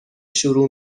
شروع